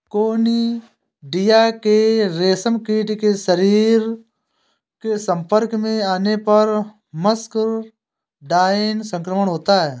conidia के रेशमकीट के शरीर के संपर्क में आने पर मस्करडाइन संक्रमण होता है